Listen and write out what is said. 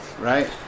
Right